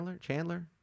chandler